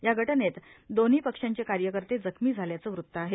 या घटनेत दोन्ही पक्षांचे कार्यकर्ते जखमी झाल्याचं वृत्त आहे